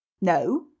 No